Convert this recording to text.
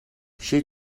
she